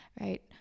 Right